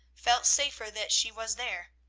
felt safer that she was there.